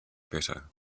better